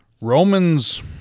Romans